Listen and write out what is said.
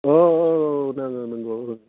औ औ औ नंगौ औ